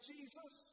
Jesus